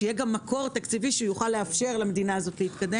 שיהיה מקור תקציבי שיוכל לאפשר למדינה הזאת להתקיים